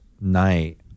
night